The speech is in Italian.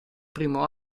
primo